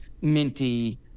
minty